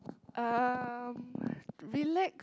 um relax